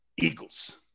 Eagles